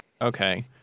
okay